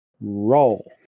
Roll